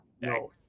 no